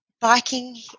biking